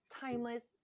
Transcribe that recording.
timeless